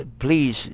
please